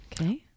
Okay